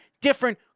different